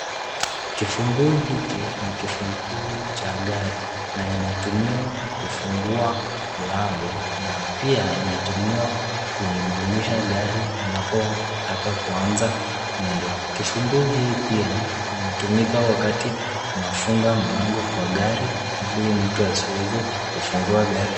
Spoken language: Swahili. Kifunguu hiki ni kifunguu cha gari na inatumiwa na inatumiwa kufungua mlango na pia inatumiwa kungurumisha gari unapotaka kuanza mwendo. Kifunguu hii pia inatumika wakati unafunga mlango kwa gari ili mtu asiweze kufunguo gari hilo.